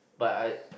but I